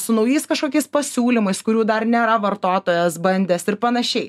su naujais kažkokiais pasiūlymais kurių dar nėra vartotojas bandęs ir panašiai